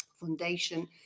Foundation